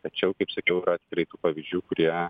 tačiau kaip sakiau yra tikrai tų pavyzdžių kurie